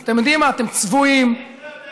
אז אתם יודעים מה, אתם צבועים, איך אתה יודע?